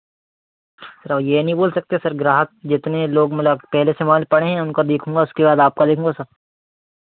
sir अब ये नहीं बोल सकते सर ग्राहक जितने लोग मतलब अब पहले से पड़े हैं उनका देखूंगा उसके बाद आपका देखूंगा सर